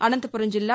అనంతపురం జిల్లా